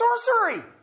Sorcery